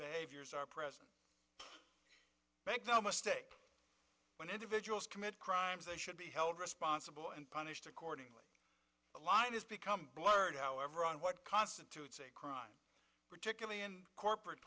behaviors are present make no mistake when individuals commit crimes they should be held responsible and punished accordingly the line has become blurred however on what constitutes a crime particularly in corporate